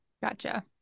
gotcha